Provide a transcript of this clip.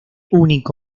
único